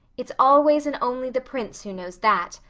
it's always and only the prince who knows that.